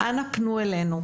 אנא פנו אלינו,